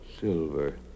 Silver